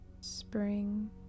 spring